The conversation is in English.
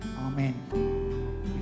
amen